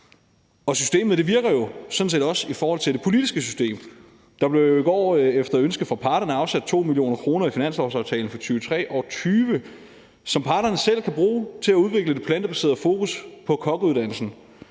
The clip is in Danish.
Systemet virker sådan set også i forhold til det politiske system. Der blev jo i går efter ønske fra parterne afsat 2 mio. kr. i finanslovsaftalen for 2023, som parterne selv kan bruge til at udvikle det plantebaserede fokus på kokkeuddannelsen.